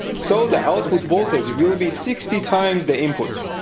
so the output voltage will be sixty times the input.